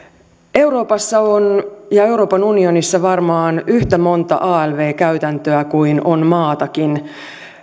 euroopassa ja euroopan unionissa on varmaan yhtä monta alv käytäntöä kuin on maatakin